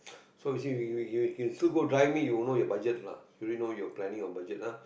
so you can~ you still go driving you know your budget lah do you know your planning your budget ah